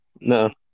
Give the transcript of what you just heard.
No